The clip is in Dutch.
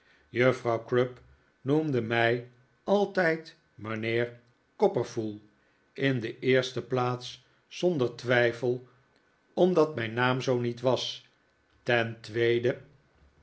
juffrouw crupp noemde mij altijd mijnheer copperfull in de eerste plaats zonder twijfel omdat mijn naam zoo niet was ten tweede